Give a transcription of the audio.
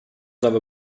never